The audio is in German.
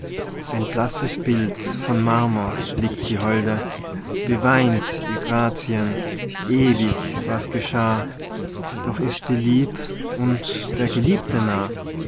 ein blasses bild von marmor liegt die holde beweint ihr grazien ewig was geschah doch ist die lieb und der geliebte nah